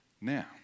Now